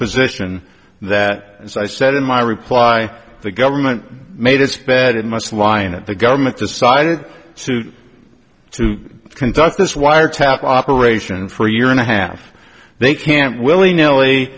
position that as i said in my reply the government made its bed and must lie in it the government decided suit to conduct this wiretap operation for a year and a half they can't willy nilly